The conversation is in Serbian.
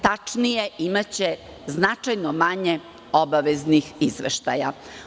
Tačnije, imaće značajno manje obaveznih izveštaja.